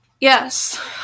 Yes